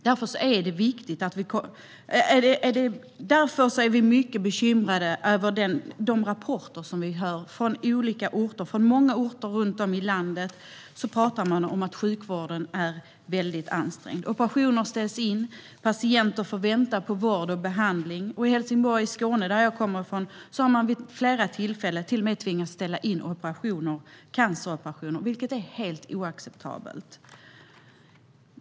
Därför är vi mycket bekymrade över rapporterna från många orter runt om i landet om att sjukvården är väldigt ansträngd. Operationer ställs in, och patienter får vänta på vård och behandling. I Helsingborg i Skåne, som jag kommer från, har man vid flera tillfällen till och med tvingats ställa in canceroperationer, vilket är helt oacceptabelt.